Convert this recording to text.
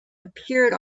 appeared